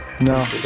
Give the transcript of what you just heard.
No